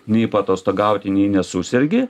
nei paatostogauti nei nesusergi